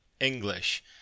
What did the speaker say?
English